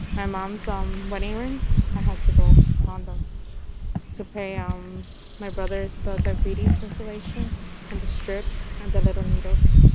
my mom's um wedding rings. i had to go them and to pay um my brother. so diabetes, insulation and the straps and the little needles,